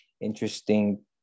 interesting